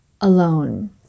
alone